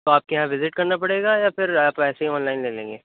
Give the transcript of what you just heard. تو آپ کے یہاں وزٹ کرنا پڑے گا یا پھر آپ ایسے ہی آن لائن لے لیں گے